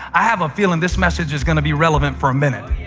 i have a feeling this message is going to be relevant for a minute.